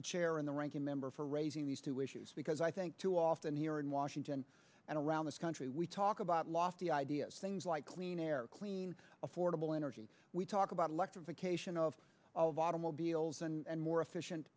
the chair and the ranking member for raising these two issues because i think too often here in washington and around this country we talk about lofty ideas things like clean air clean affordable energy we talk about electrification of of automobiles and more efficient